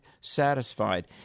satisfied